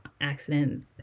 accident